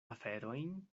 aferojn